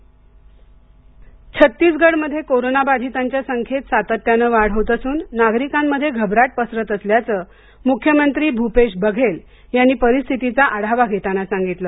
Chhattisgarh Covid रुग्ण संख्या छत्तीसगढ मध्ये कोरोना बाधितांच्या संख्येत सातत्याने वाढ होत असून नागरिकांमध्ये घबराट पसरत असल्याच मुख्यमंत्री भूपेश बघेल यांनी परिस्थितीचा आढावा घेताना सांगितल